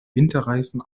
winterreifen